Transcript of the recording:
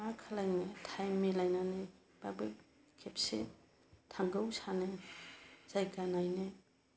मा खालामनो टाइम मिलायनानैबाबो खेबसे थांगौ सानो जायगा नायनो